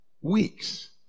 weeks